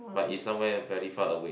but it's somewhere very far away